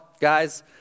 guys